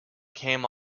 came